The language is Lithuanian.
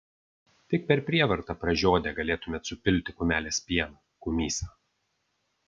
tik per prievartą pražiodę galėtumėt supilti kumelės pieną kumysą